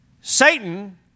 Satan